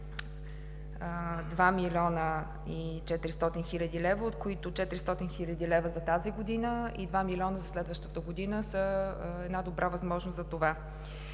2 млн. 400 хил. лв., от които 400 хил. лв. за тази година и 2 млн. лв. за следващата година, са една добра възможност за това.